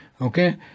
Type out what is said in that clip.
Okay